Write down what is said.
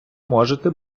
можете